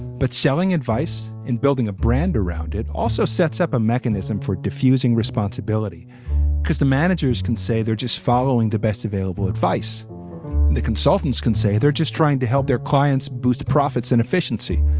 but selling advice in building a brand around it also sets up a mechanism for diffusing responsibility because the managers can say they're just following the best available advice and the consultants can say they're just trying to help their clients boost profits and efficient.